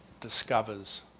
discovers